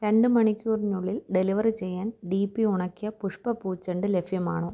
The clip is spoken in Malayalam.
രണ്ട് മണിക്കൂറിനുള്ളിൽ ഡെലിവർ ചെയ്യാൻ ഡി പി ഉണക്കിയ പുഷ്പ പൂച്ചെണ്ട് ലഭ്യമാണോ